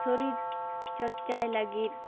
ᱥᱩᱨᱤᱨ ᱪᱚᱨᱪᱟᱭ ᱞᱟᱹᱜᱤᱫ